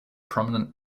prominent